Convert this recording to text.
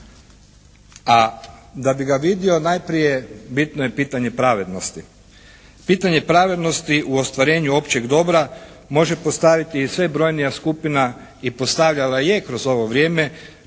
A da bi ga vidio najprije bitno je pitanje pravednosti. Pitanje pravednosti u ostvarenju općeg dobra može postaviti i sve brojnija skupina i postavlja je kroz ovo vrijeme